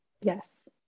Yes